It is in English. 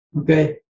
okay